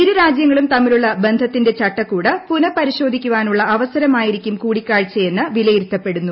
ഇരുരാജ്യങ്ങളും തമ്മിലുള്ള ബന്ധത്തിന്റെ ചട്ടക്കൂട് പുനഃപരിശോധിക്കുവാനുള്ള അവസരമായിരിക്കും കൂടിക്കാഴ്ചയെന്ന് വിലയിരുത്തപ്പെടുന്നു